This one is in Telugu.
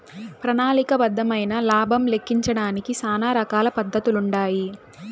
ప్రణాళిక బద్దమైన లాబం లెక్కించడానికి శానా రకాల పద్దతులుండాయి